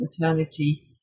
maternity